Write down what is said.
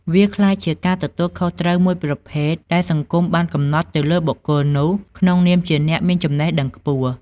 វាក្លាយជាការទទួលខុសត្រូវមួយប្រភេទ ដែលសង្គមបានកំណត់ទៅលើបុគ្គលនោះ ក្នុងនាមជាអ្នកមានចំណេះដឹងខ្ពស់។